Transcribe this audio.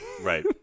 right